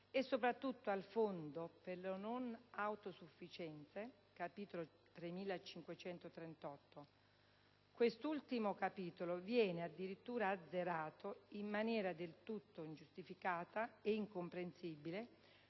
e soprattutto al Fondo per le non autosufficienze (capitolo 3538). Quest'ultimo capitolo viene addirittura azzerato in maniera del tutto ingiustificata e incomprensibile